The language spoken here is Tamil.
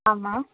ஆமாம்